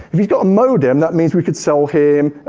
if he's got a modem, that means we can sell him,